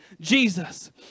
Jesus